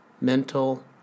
mental